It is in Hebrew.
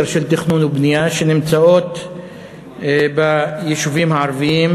של תכנון ובנייה שנמצאות ביישובים הערביים,